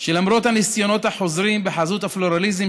שלמרות הניסיונות החוזרים בחסות הפלורליזם